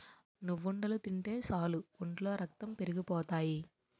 నువ్వుండలు తింటే సాలు ఒంట్లో రక్తం పెరిగిపోతాయి